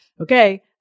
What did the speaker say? Okay